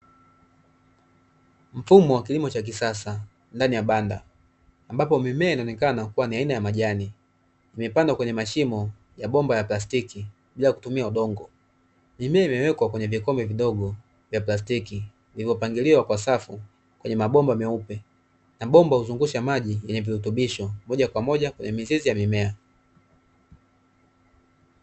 Mfumo wa kilimo cha kisasa ndani ya banda, ambapo mimea inaonekana kuwa ni ya aina ya majani, imepandwwa kwenye mashimo ya bomba la plastiki bila ya kutumia udongo, mimea imewekwa kwenye vikimbe vidogo vya plastiki vilivyopangiliwa kwa safu katika mabomba meupe na bomba huzungusha maji yenye virutubisho moja kwa moja kwenye mizizi ya mimea.